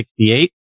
1968